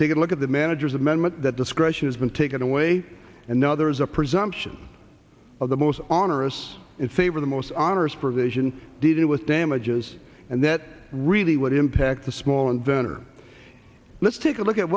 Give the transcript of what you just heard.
take a look at the manager's amendment that discretion has been taken away and now there is a presumption of the most on or us in favor the most honors provision did it with damages and that really would impact the small inventor let's take a look at